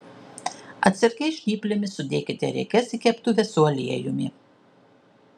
atsargiai žnyplėmis sudėkite riekes į keptuvę su aliejumi